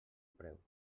preu